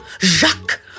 Jacques